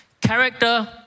Character-